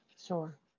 Sure